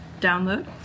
download